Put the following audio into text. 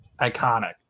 iconic